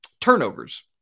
Turnovers